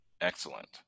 excellent